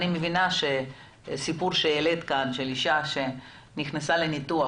אני מבינה שהסיפור שהעלית כאן של אישה שנכנסה לניתוח